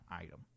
item